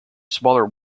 smaller